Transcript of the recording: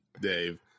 Dave